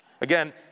Again